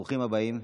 ברוכים הבאים.